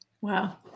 Wow